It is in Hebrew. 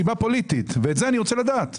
זאת הסיבה שהיינו לחוצים לעשות את זה.